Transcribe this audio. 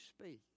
speak